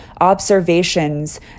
observations